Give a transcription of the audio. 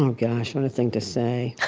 um gosh, what a thing to say